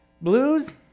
Blues